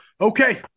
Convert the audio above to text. Okay